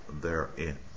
therein